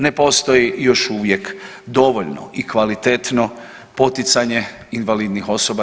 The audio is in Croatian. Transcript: Ne postoji još uvijek dovoljno i kvalitetno poticanje invalidnih osoba.